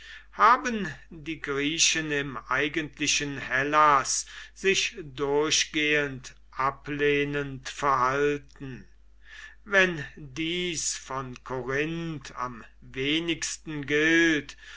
haben die griechen im eigentlichen hellas sich durchgehend ablehnend verhalten wenn dies von korinth am wenigsten gilt